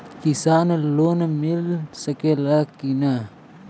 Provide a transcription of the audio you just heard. किसान लोन मिल सकेला कि न?